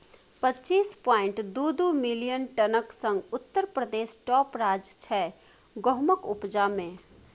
पच्चीस पांइट दु दु मिलियन टनक संग उत्तर प्रदेश टाँप राज्य छै गहुमक उपजा मे